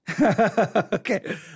Okay